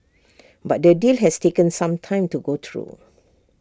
but the deal has taken some time to go through